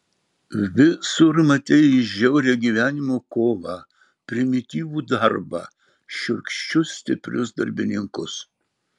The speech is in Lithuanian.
visur matei žiaurią gyvenimo kovą primityvų darbą šiurkščius stiprius darbininkus